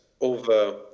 over